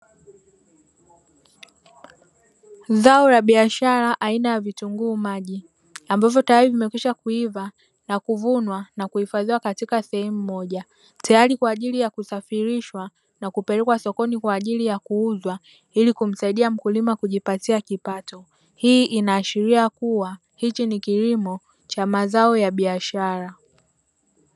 Zao la biashara aina ya vitunguu maji, ambavyo tayari vimekwisha kuiva na kuvunwa na kuhifadhiwa katika sehemu moja, tayari kwa ajili ya kusafirishwa na kupelekwa sokoni kwa ajili ya kuuzwa ili kumsaidia mkulima kujipatia kipato. Hii inaashiria kuwa hichi ni kilimo cha mazao ya biashara.